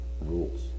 rules